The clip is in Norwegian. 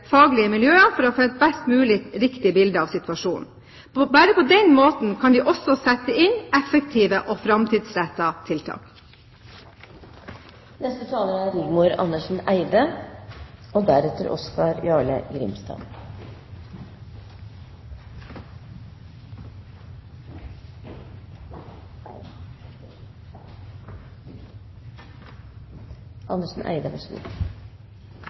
faglige miljøer for å få et mest mulig riktig bilde av situasjonen. Bare på den måten kan vi også sette inn effektive og